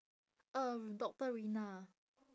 um doctor rina ah